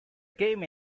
game